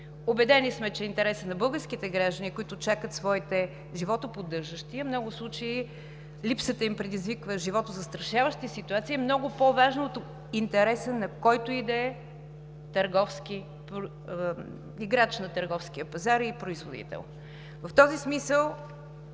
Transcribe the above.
Убедени сме, че интересът на българските граждани, които чакат своите животоподдържащи, а в много случаи липсата им предизвиква животозастрашаващи ситуации, е много по-важно от интереса на който и да е играч на търговския пазар и производител. Независимо